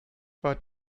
war